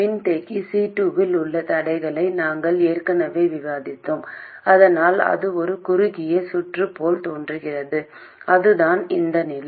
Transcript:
மின்தேக்கி C2 இல் உள்ள தடைகளை நாங்கள் ஏற்கனவே விவாதித்தோம் அதனால் அது ஒரு குறுகிய சுற்று போல் தோன்றுகிறது அதுதான் இந்த நிலை